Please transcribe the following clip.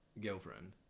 girlfriend